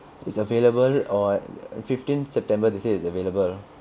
is available on fifteen september they say is available